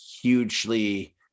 hugely